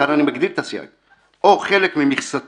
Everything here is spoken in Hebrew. כאן אני מגדיל את הסייג, או חלק ממכסתו,